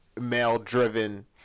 male-driven